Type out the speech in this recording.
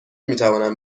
میتوانم